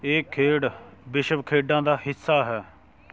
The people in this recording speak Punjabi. ਇਹ ਖੇਡ ਵਿਸ਼ਵ ਖੇਡਾਂ ਦਾ ਹਿੱਸਾ ਹੈ